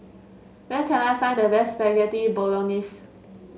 where can I find the best Spaghetti Bolognese